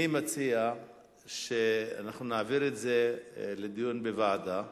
אני מציע שאנחנו נעביר את זה לדיון בוועדה,